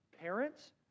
Parents